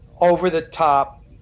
over-the-top